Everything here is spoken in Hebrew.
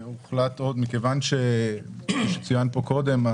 מכיוון שכפי שצוין פה קודם,